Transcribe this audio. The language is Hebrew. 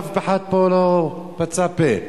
אף אחד פה לא פצה פה.